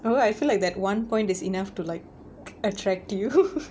oh I feel like that one point is enough to like attract you